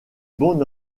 bon